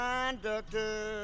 Conductor